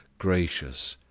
gracious,